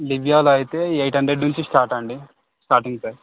లివియాలో అయితే eight hundred నుంచి start అండీ స్టార్టింగ్ ప్రైజ్